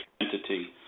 entity